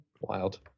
wild